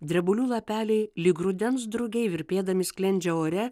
drebulių lapeliai lyg rudens drugiai virpėdami sklendžia ore